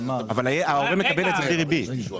אבל ההורה מקבל את זה בלי ריבית.